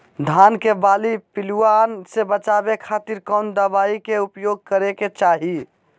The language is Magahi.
धान के बाली पिल्लूआन से बचावे खातिर कौन दवाई के उपयोग करे के चाही?